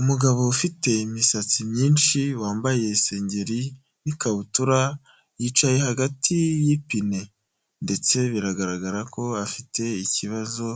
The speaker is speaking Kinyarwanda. Umugabo ufite imisatsi myinshi wambaye Isegeri n'ikabutura, yicaye hagati y'ipine ndetse biragaragara ko afite ikibazo